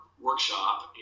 Workshop